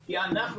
כי אנחנו,